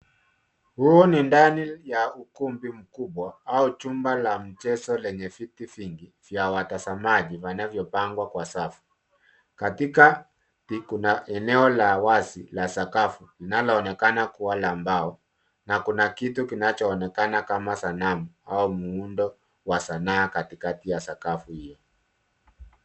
Huo ni ndani ya ukumbi mkubwa au chumba la mchezo lenye viti vyingi vya watazamaji wanavyo pangwa kwa safu. Katikati kuna eneo la wazi la sakafu linaonekana kua la mbao na kuna kitu kinacho onekana kama sanamu au muundo wa sanaa katikati ya sakafu hiyo.